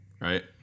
right